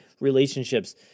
relationships